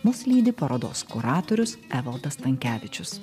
mus lydi parodos kuratorius evaldas stankevičius